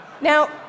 Now